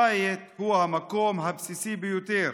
הבית הוא המקום הבסיסי ביותר